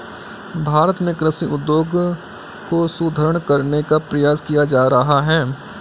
भारत में कृषि उद्योग को सुदृढ़ करने का प्रयास किया जा रहा है